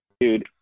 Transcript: dude